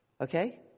Okay